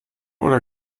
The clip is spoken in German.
oder